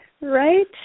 right